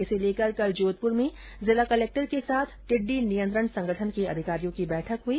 इसे लेकर कल जोधपुर में जिला कलक्टर के साथ टिड्डी नियंत्रण संगठन के अधिकारियों की बैठक हुई